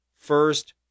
first